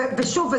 ושוב,